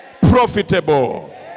profitable